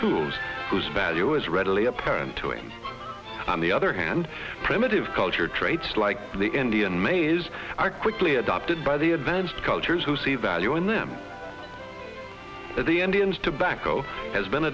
tools whose value is readily apparent to him on the other hand primitive culture traits like the indian mazes are quickly adopted by the advanced cultures who see value in them at the end eons tobacco has been